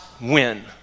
win